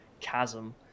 chasm